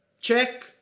check